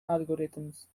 algorithms